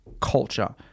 culture